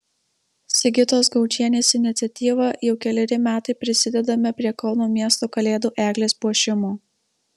sigitos gaučienės iniciatyva jau keleri metai prisidedame prie kauno miesto kalėdų eglės puošimo